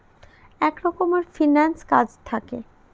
এক রকমের ফিন্যান্স কাজ থাকে